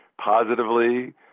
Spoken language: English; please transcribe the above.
positively